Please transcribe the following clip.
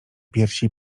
piersi